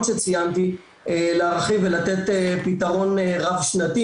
שציינתי להרחיב ולתת פתרון רב שנתי